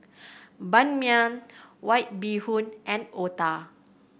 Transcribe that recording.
Ban Mian White Bee Hoon and otah